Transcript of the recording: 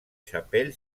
chapelle